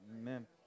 Amen